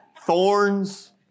Thorns